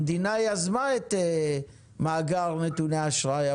המדינה יזמה את מאגר נתוני האשראי,